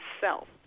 self